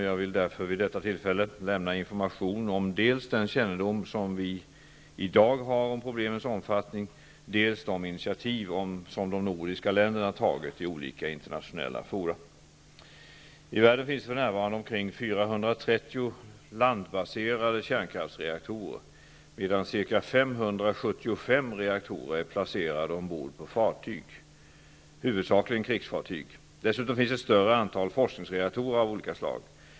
Jag vill därför vid detta tillfälle lämna information om dels den kännedom vi i dag har om problemens omfattning, dels de initiativ som de nordiska länderna tagit i olika internationella fora. I världen finns det för närvarande omkring 430 reaktorer är placerade ombord på fartyg, huvudsakligen krigsfartyg. Dessutom finns ett större antal forskningsreaktorer av olika slag.